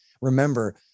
Remember